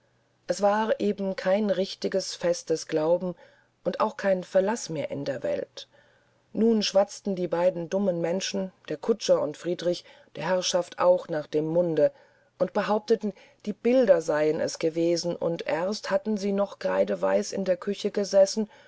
es war eben kein richtiges festes glauben und auch kein verlaß mehr in der welt nun schwatzten die beiden dummen menschen der kutscher und friedrich der herrschaft auch nach dem munde und behaupteten die bilder seien es gewesen und erst hatten sie doch kreideweiß in der küche gesessen